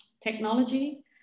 technology